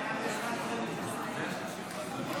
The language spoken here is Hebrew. אפס תוצאות.